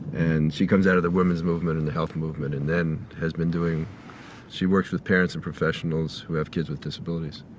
and she comes out of the women's movement and the health movement and then has been doing she works with parents and professionals who have kids with disabilities.